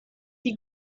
die